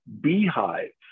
beehives